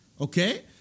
Okay